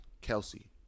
Kelsey